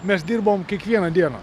mes dirbom kiekvieną dieną